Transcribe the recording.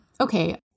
Okay